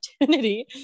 opportunity